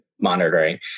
monitoring